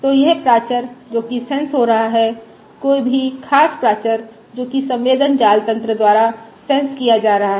तो यह प्राचर जो कि सेंस हो रहा है कोई भी खास प्राचर जो कि संवेदन जाल तन्त्र द्वारा सेंस किया जा रहा है